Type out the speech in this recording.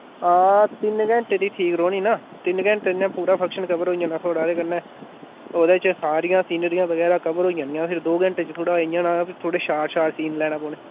हां तिन घैंटे दी ठीक रौह्नी ना तिन घैंटे न पूरा फंक्शन कवर होई जाना थोआढ़ा ते कन्नै ओह्दे च सारियां सिनरियां बगैरा कवर होई जानियां फिर दो घैंटे च थोह्ड़ा इयां न थोह्ड़ा शार्ट शार्ट सीन लैने पौने